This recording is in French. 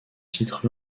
titre